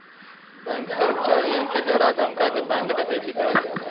bank कर्मचारियन के डरा धमका के बैंक डकैती करल जाला